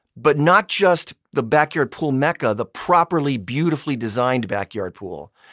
but not just the backyard pool mecca, the properly, beautifully designed backyard pool.